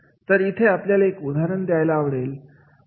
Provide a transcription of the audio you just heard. तर इथे आपल्याला एक उदाहरण द्यायला आवडेल